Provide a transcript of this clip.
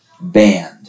band